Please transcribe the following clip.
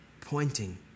pointing